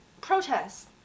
Protests